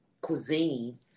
cuisine